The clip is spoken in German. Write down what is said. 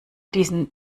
diesen